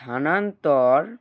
স্থানান্তর